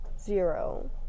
Zero